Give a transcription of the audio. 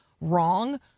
wrong